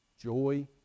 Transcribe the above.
joy